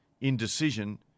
Indecision